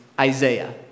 Isaiah